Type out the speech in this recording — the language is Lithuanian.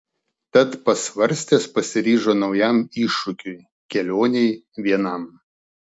tad pasvarstęs pasiryžo naujam iššūkiui kelionei vienam